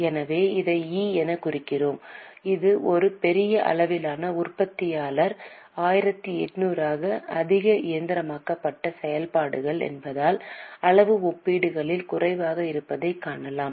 எனவே இதை E எனக் குறிக்கவும் இது ஒரு பெரிய அளவிலான உற்பத்தியாளர் 1800 அதிக இயந்திரமயமாக்கப்பட்ட செயல்பாடுகள் என்பதால் அளவு ஒப்பீட்டளவில் குறைவாக இருப்பதைக் காணலாம்